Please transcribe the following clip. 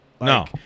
No